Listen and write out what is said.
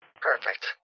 Perfect